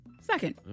second